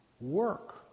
work